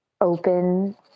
open